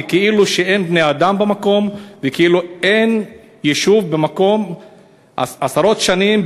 כאילו אין בני-אדם במקום וכאילו אין יישוב במקום עשרות שנים,